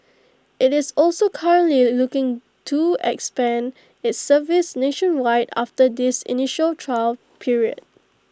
IT is also currently looking to expand its service nationwide after this initial trial period